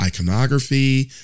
iconography